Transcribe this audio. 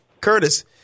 curtis